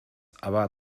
aber